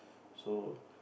so